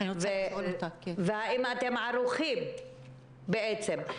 והאם אתם ערוכים בעצם,